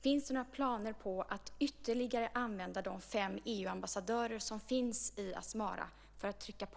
Finns det några planer på att ytterligare använda de fem EU-ambassadörer som finns i Asmara för att trycka på?